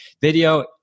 Video